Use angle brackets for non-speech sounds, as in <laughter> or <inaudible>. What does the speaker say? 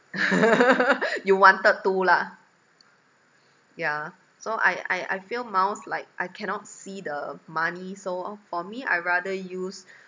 <laughs> you wanted to lah ya so I I I feel miles like I cannot see the money so for me I rather use